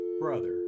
Brother